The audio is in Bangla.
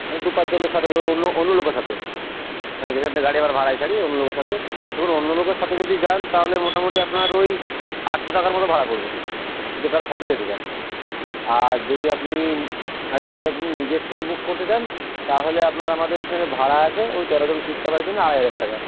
দু পাঁচ জনের সাথে ধরুন অন্য অন্য লোকের সাথে যেখান থেকে গাড়ি আমার ভাড়ায় ছাড়ি অন্য লোকের সাথে দেখুন অন্য লোকের সাথে যদি যান তাহলে মোটামুটি আপনার ওই আটশো টাকার মতো ভাড়া পড়বে যদি কারো সাথে যেতে চান আর যদি আপনি আর যদি আপনি নিজের থেকে বুক করতে চান তাহলে আপনার আমাদের এখানে ভাড়া আছে ওই তেরো জন সিট কভারের জন্য আড়াই হাজার টাকা